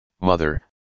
mother